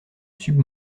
sub